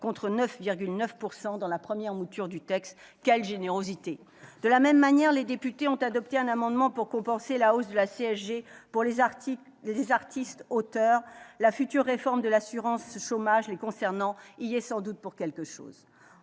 contre 9,9 % dans la première mouture du texte. Quelle générosité ! De la même manière, les députés ont adopté un amendement pour compenser la hausse de la CSG pour les artistes auteurs. La future réforme de l'assurance chômage les concernant y est sans doute pour quelque chose.